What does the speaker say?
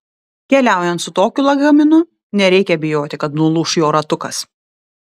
keliaujant su tokiu lagaminu nereikia bijoti kad nulūš jo ratukas